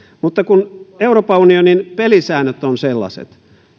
mutta euroopan unionin pelisäännöt ovat sellaiset